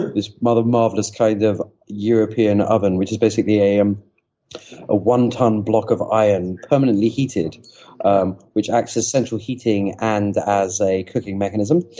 this rather marvelous kind of european oven which is basically a one-ton block of iron permanently heated um which acts as central heating and as a cooking mechanism.